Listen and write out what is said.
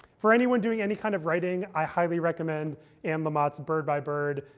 for anyone doing any kind of writing, i highly recommend anne lamott's bird by bird.